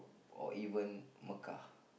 or even Mocha